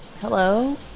hello